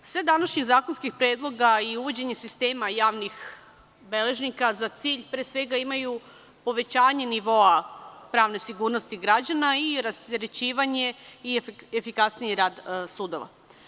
Svi današnji zakonski predlozi i uvođenje sistema javnih beležnika za cilj, pre svega, imaju povećanje nivoa pravne sigurnosti građana i rasterećivanje i efikasniji rad sudova.